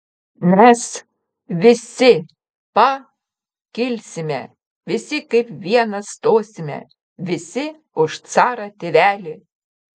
mes visi pa kilsime visi kaip vienas stosime visi už carą tėvelį